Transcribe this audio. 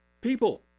people